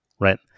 right